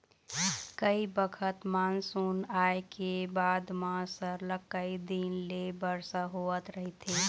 कइ बखत मानसून आए के बाद म सरलग कइ दिन ले बरसा होवत रहिथे